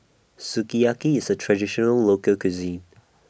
Sukiyaki IS A Traditional Local Cuisine